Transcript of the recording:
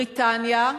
בריטניה,